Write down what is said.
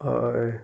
हय